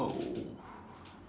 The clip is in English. oh